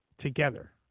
together